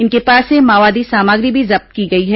इनके पास से माओवादी सामग्री भी जब्त की गई है